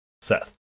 Seth